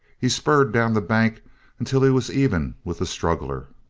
he spurred down the bank until he was even with the struggler.